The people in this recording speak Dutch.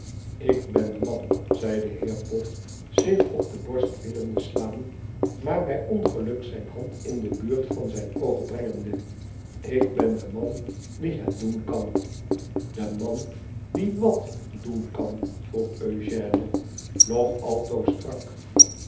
ik ben de man zei de heer pop zich op de borst willende slaan maar bij ongeluk zijne hand in de buurt van zijn oog brengende ik ben de man die het doen kan de man die wt doen kan vroeg eugène nog altoos strak